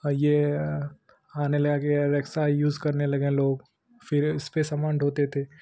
यह आने लग गया रिक्शा का यूज़ करने लगे हैं लोग फिर इसपर सामान ढोते थे